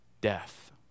death